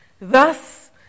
Thus